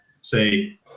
say